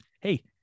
hey